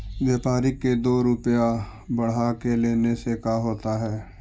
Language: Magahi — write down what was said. व्यापारिक के दो रूपया बढ़ा के लेने से का होता है?